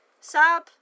sab